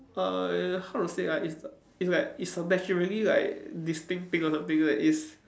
uh how to say ah it's it's like it's a naturally like distinct thing or something like it's